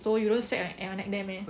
so you don't sweat at your neck there meh